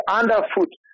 underfoot